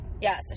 yes